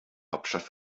hauptstadt